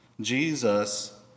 Jesus